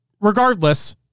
regardless